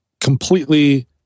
completely